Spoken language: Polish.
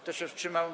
Kto się wstrzymał?